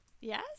Yes